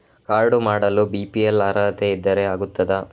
Card ಮಾಡಲು BPL ಅರ್ಹತೆ ಇದ್ದರೆ ಆಗುತ್ತದ?